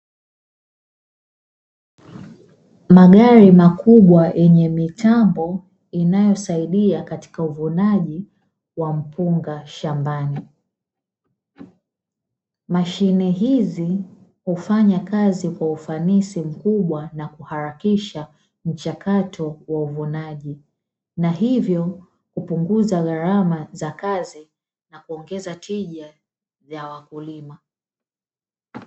Magari makubwa yenye mitambo inayosaidia katika uvunaji wa mpunga shambani, mashine hizi hufanya kazi kwa ufanisi mkubwa na kuharakisha mchakato wa uvunaji na hivyo kupunguza gharama za kazi na kuongeza tija ya wakulima.